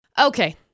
Okay